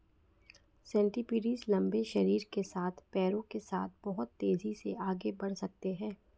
centipedes लंबे शरीर के साथ पैरों के साथ बहुत तेज़ी से आगे बढ़ सकते हैं